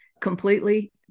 completely